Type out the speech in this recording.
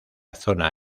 zona